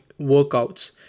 workouts